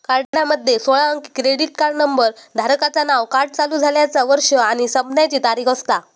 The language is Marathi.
कार्डामध्ये सोळा अंकी क्रेडिट कार्ड नंबर, धारकाचा नाव, कार्ड चालू झाल्याचा वर्ष आणि संपण्याची तारीख असता